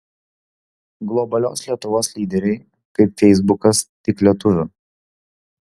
globalios lietuvos lyderiai kaip feisbukas tik lietuvių